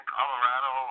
Colorado